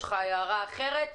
יש לך הערה אחרת,